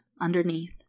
underneath